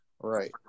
Right